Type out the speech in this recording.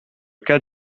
cas